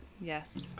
Yes